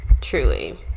Truly